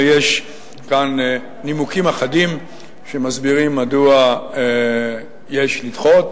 ויש כאן נימוקים אחדים שמסבירים מדוע יש לדחות,